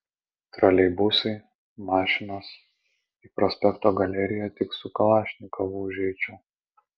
troleibusai mašinos į prospekto galeriją tik su kalašnikovu užeičiau